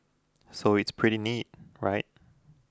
so it's pretty neat right